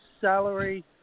salary